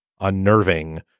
unnerving